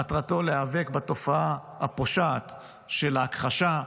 מטרתו להיאבק בתופעה הפושעת של ההכחשה,